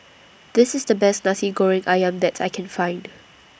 This IS The Best Nasi Goreng Ayam that I Can Find